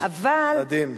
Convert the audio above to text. מדהים.